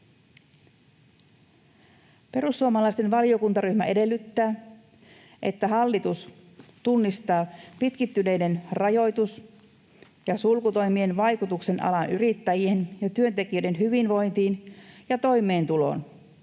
Perussuomalaisten valiokuntaryhmä edellyttää, että hallitus tunnistaa pitkittyneiden rajoitus- ja sulkutoimien vaikutuksen alan yrittäjien ja työntekijöiden hyvinvointiin ja toimeentuloon